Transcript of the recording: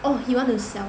oh he want to sell